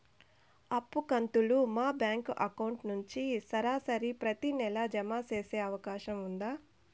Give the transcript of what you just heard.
అప్పు కంతులు మా బ్యాంకు అకౌంట్ నుంచి సరాసరి ప్రతి నెల జామ సేసే అవకాశం ఉందా?